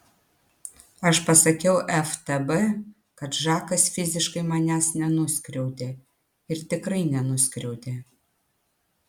aš pasakiau ftb kad žakas fiziškai manęs nenuskriaudė ir tikrai nenuskriaudė